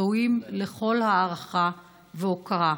ראויים לכל הערכה והוקרה,